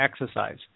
exercise